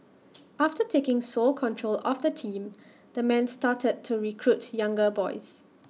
after taking sole control of the team the man started to recruit younger boys